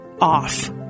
off